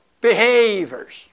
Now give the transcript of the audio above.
behaviors